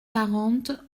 quarante